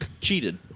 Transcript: cheated